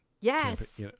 Yes